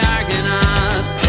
Argonauts